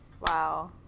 Wow